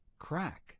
crack